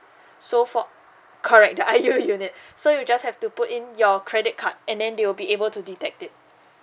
so for correct the I_U unit so you just have to put in your credit card and then they will be able to detect it